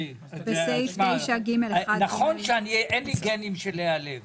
לקריאה שנייה ושלישית עד שלא ייגמר העניין הזה,